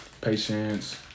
Patience